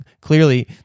Clearly